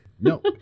No